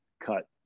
cut